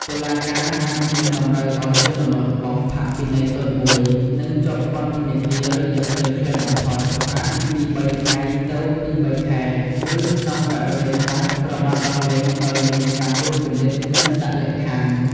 តុលាការអាចនឹងតម្រូវឲ្យជនល្មើសបង់ ផាកពិន័យតូចមួយ និងជាប់ពន្ធនាគាររយៈពេលខ្លីបំផុត អាចពីពីរបីថ្ងៃទៅពីរបីខែ ឬក្នុងករណីខ្លះ ត្រូវបានដោះលែងដោយមានការត្រួតពិនិត្យ និងដាក់លក្ខខណ្ឌ។